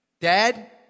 Dad